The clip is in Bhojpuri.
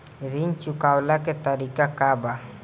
ऋण चुकव्ला के तरीका का बा?